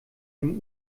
dem